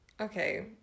okay